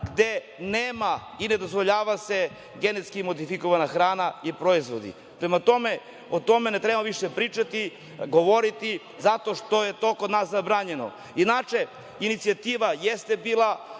gde nema i ne dozvoljava se genetski modifikovana hrana i proizvodi. Prema tome, o tome ne treba više pričati, govoriti, zato što je to kod nas zabranjeno. Inače, inicijativa jeste bila,